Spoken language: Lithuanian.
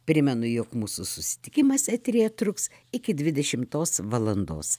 primenu jog mūsų susitikimas eteryje truks iki dvidešimtos valandos